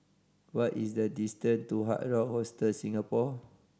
what is the distant to Hard Rock Hostel Singapore